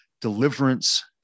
deliverance